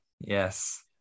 yes